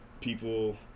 People